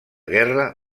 guerra